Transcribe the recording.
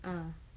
mm